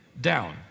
down